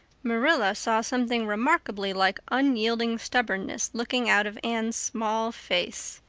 marilla saw something remarkably like unyielding stubbornness looking out of anne's small face.